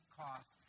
cost